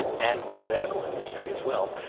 and with medical industry, as well,